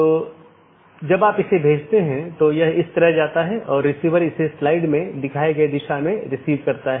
और फिर दूसरा एक जीवित है जो यह कहता है कि सहकर्मी उपलब्ध हैं या नहीं यह निर्धारित करने के लिए कि क्या हमारे पास वे सब चीजें हैं